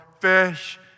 fish